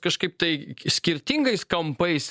kažkaip tai skirtingais kampais